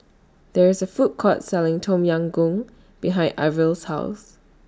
There IS A Food Court Selling Tom Yam Goong behind Ivey's House